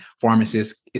pharmacists